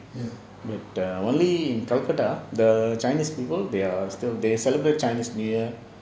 but err only in kolkata the chinese people they are still they celebrate chinese new year